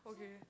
okay